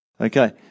Okay